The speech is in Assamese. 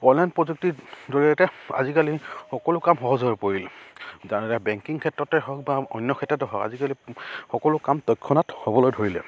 অনলাইন প্ৰযুক্তিৰ জৰিয়তে আজিকালি সকলো কাম সহজ হৈ পৰিলে বেংকিং ক্ষেত্ৰতে হওক বা অন্য ক্ষেত্ৰতে হওক আজিকালি সকলো কাম তৎক্ষণাত হ'বলৈ ধৰিলে